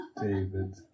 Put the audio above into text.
David